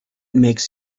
makes